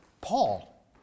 Paul